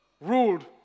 ruled